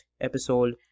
episode